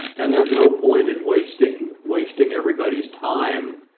and there's no point in wasting wasting everybody's time